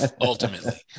ultimately